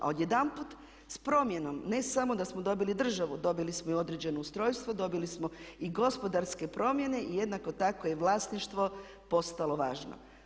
A odjedanput s promjenom ne samo da smo dobili državu, dobili smo i određeno ustrojstvo, dobili smo i gospodarske promjene i jednako tako je vlasništvo postalo važno.